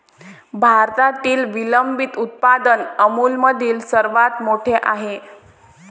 भारतातील विलंबित उत्पादन अमूलमधील सर्वात मोठे आहे